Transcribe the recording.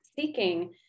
seeking